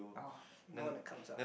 oh no one that comes up